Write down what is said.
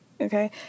okay